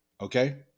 okay